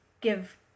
give